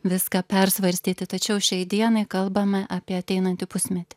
viską persvarstyti tačiau šiai dienai kalbame apie ateinantį pusmetį